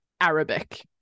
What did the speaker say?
Arabic